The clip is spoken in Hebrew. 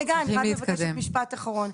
רגע, אני רק מבקשת משפט אחרון.